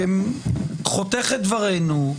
חותך את דברינו,